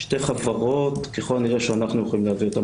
שתי חברות ככל הנראה שאנחנו יכולים להביא אותם